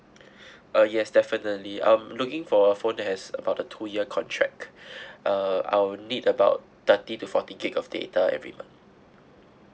uh yes definitely I'm looking for a phone has about a two year contract uh I will need about thirty to forty GB of data every month